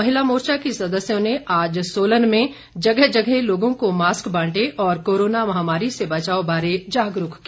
महिला मोर्चा की सदस्यों ने आज सोलन में जगह जगह लोगों को मास्क बांटे और कोरोना महामारी से बचाव बारे जागरूक किया